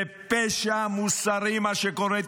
זה פשע מוסרי, מה שקורה.